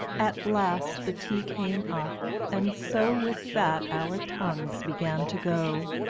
at last the tea came up, and so with that our tongues began to go.